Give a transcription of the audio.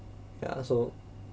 ya so